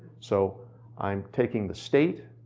so i'm taking the state,